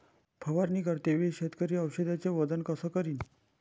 फवारणी करते वेळी शेतकरी औषधचे वजन कस करीन?